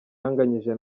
yanganyije